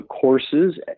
courses